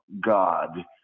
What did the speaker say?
God